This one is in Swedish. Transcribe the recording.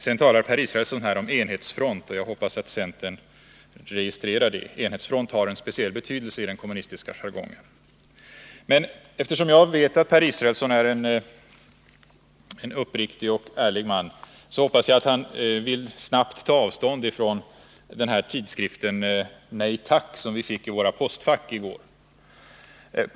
Vidare talar Per Israelsson om enhetsfront, och jag hoppas att centern registrerar det. Enhetsfront har en speciell betydelse i den kommunistiska jargongen. Men eftersom jag vet att Per Israelsson är en uppriktig och ärlig man hoppas jag att han snabbt vill ta avstånd från tidningen Nej Tack! som vi fick i våra postfack i går.